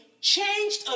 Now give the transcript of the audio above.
changed